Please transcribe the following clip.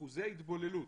אחוזי התבוללות,